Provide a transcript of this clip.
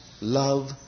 love